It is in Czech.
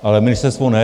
Ale ministerstvo ne.